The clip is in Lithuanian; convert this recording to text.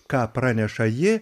ką praneša ji